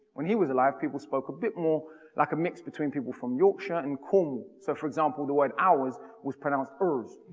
when he was alive, people spoke a bit more like a mix between people from yorkshire and cornwall. so for example, the word hours was pronounced urrs.